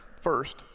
First